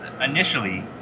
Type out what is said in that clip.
Initially